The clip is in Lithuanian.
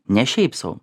ne šiaip sau